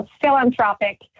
philanthropic